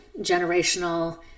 generational